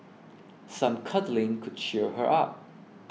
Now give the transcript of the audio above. some cuddling could cheer her up